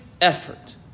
effort